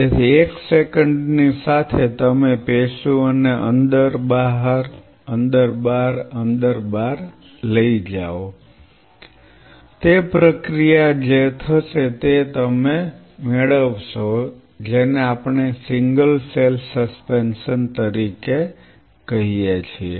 તેથી એક સેકન્ડની સાથે તમે પેશીઓને અંદર બહાર અંદર બહાર અંદર બહાર અંદર લઈ જાઓ તે પ્રક્રિયા જે થશે તે તમે મેળવશો જેને આપણે સિંગલ સેલ સસ્પેન્શન તરીકે કહીએ છીએ